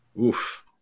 Oof